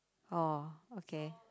orh okay